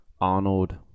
Arnold